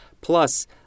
plus